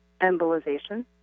Embolization